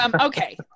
Okay